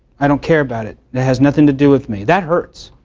i don't care about it. it has nothing to do with me. that hurts.